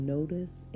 Notice